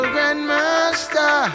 Grandmaster